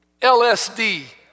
LSD